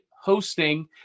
hosting